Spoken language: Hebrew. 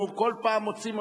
אנחנו כל פעם מוצאים,